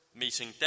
meeting